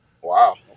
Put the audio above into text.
Wow